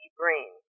brain